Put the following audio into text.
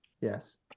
Yes